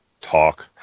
talk